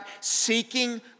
seeking